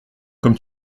comme